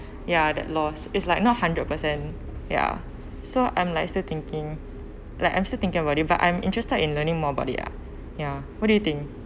ya that loss is like not hundred per cent ya so I'm like still thinking like I'm still thinking about it but I'm interested in learning more about it lah what do you think